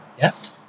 Yes